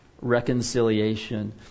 reconciliation